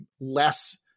less